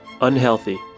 unhealthy